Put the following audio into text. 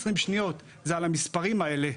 20 שניות- המספרים האלה.